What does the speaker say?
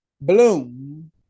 bloom